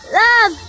love